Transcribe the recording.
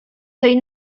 tej